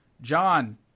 John